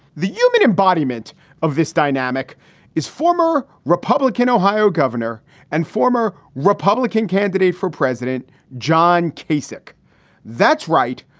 the human embodiment of this dynamic is former republican ohio governor and former republican candidate for president john kasuke. that's right.